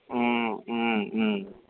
ம் ம் ம்